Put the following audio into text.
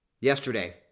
Yesterday